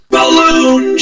Balloon